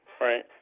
right